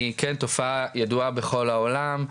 היא כן תופעה ידועה בכל העולם,